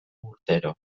urtero